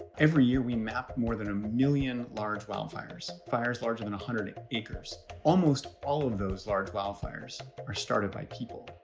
every year we map more than a million large wildfires, fires larger than one hundred acres. almost all of those large wildfires are started by people.